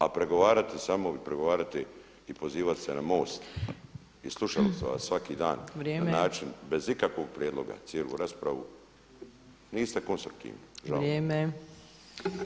A pregovarati samo i pregovarati i pozivati se na MOST i slušali smo vas svaki dan na način bez ikakvog prijedloga cijelu raspravu niste konstruktivni, žao mi je.